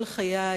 כל חיי,